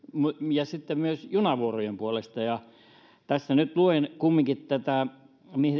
ja sitten myös junavuorojen puolesta tässä nyt luen kumminkin tätä